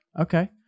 okay